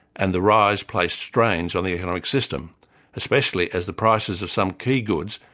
and the rise placed strains on the economic system especially as the prices of some key goods,